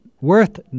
worth